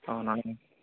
అవునా